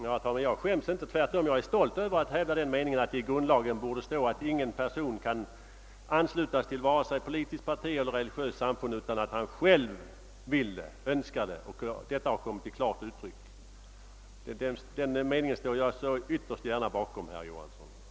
Herr talman! Jag skäms inte, utan är tvärtom stolt över att hävda den meningen att grundlagen borde föreskriva att ingen skall kunna anslutas till vare sig politiskt parti eller religiöst samfund utan att klart ha givit uttryck för en önskan härom. Denna mening ställer jag mig ytterst gärna bakom, herr Johansson i Trollhättan.